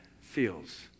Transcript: feels